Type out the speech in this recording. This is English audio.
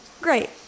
Great